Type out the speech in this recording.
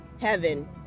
heaven